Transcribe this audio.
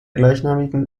gleichnamigen